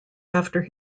after